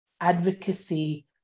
advocacy